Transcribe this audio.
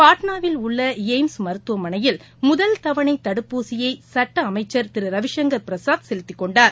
பாட்னாவில் உள்ளளப்ம்ஸ் மருத்துவமனையில் முதல் தவணைதடுப்பூசியைசுட்டஅமைச்சர் திருரவிசங்கர் பிரசாத் செலுத்திக் கொண்டார்